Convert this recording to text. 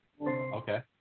Okay